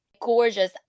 gorgeous